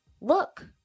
Look